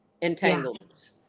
entanglements